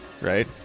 right